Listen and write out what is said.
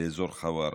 באזור חווארה.